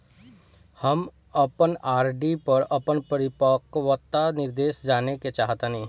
हम अपन आर.डी पर अपन परिपक्वता निर्देश जानेके चाहतानी